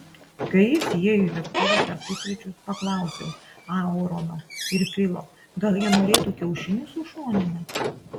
kai jis įėjo į virtuvę per pusryčius paklausiau aarono ir filo gal jie norėtų kiaušinių su šonine